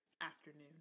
Afternoon